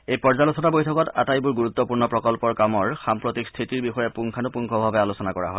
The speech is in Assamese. এই পৰ্যালোচনা বৈঠকত আটাইবোৰ গুৰুত্বপূৰ্ণ প্ৰকল্পৰ কামৰ সাম্প্ৰতিক স্থিতিৰ বিষয়ে পুংখানুপুংখভাৱে আলোচনা কৰা হয়